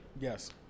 Yes